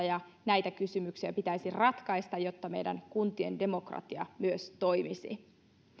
ja näitä kysymyksiä pitäisi ratkaista jotta meidän kuntien demokratia myös toimisi